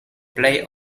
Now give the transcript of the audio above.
plej